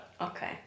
Okay